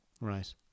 Right